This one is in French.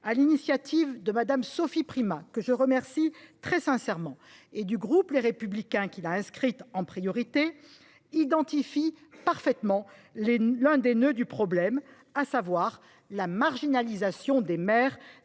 l’initiative de Mme Sophie Primas, que je remercie très sincèrement, et du groupe Les Républicains, qui l’a inscrite à l’ordre du jour en priorité, identifie parfaitement l’un des nœuds du problème : la marginalisation des maires